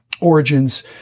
Origins